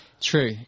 True